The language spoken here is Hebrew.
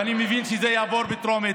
ואני מבין שזה יעבור בטרומית,